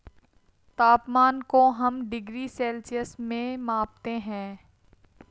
तापमान को हम डिग्री सेल्सियस में मापते है